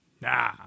nah